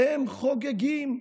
הם חוגגים.